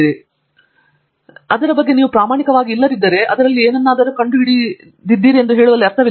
ನೀವು ಅದರ ಬಗ್ಗೆ ಪ್ರಾಮಾಣಿಕವಾಗಿಲ್ಲದಿದ್ದರೆ ಅದರಲ್ಲಿ ಏನನ್ನಾದರೂ ಕಂಡುಹಿಡಿದಿದೆ ಎಂದು ಹೇಳುವಲ್ಲಿ ಅರ್ಥವಿಲ್ಲ